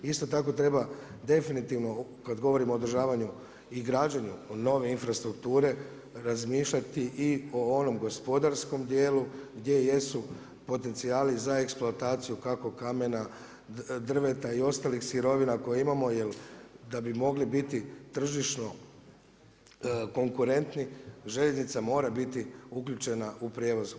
Isto tako treba definitivno kad govorim o održavanju i građenju nove infrastrukture razmišljati i o onom gospodarskom dijelu, gdje jesu, potencijali za eksplantaciju kako kamena, drveta i ostalih sirovina koje imamo, jer da bi mogli biti tržišno konkurentni željeznica mora biti uključena u prijevozu.